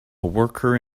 worker